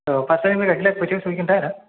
औ फासथानिफ्राय गाखोब्ला खयथायाव सौहैगोनथाय आदा